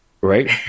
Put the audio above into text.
right